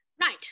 Right